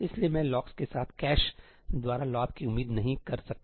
इसलिए मैं लॉक्स के साथ कैश द्वारा लाभ की उम्मीद नहीं कर सकता